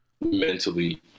mentally